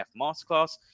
Masterclass